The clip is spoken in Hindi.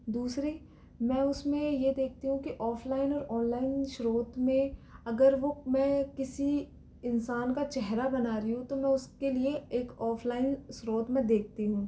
दूसरी मैं उसमे यह देखती हूँ की ऑफलाइन और ऑनलाइन स्त्रोत में अगर वह मै किसी इंसान का चेहरा बना रही हूँ तो मैं उसके लिए एक ऑफलाइन स्त्रोत मैं देखती हूँ